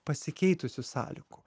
pasikeitusių sąlygų